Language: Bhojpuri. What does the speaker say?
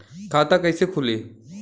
खाता कईसे खुली?